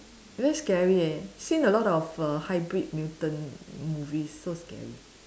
very scary eh seen a lot of err hybrid mutant movies so scary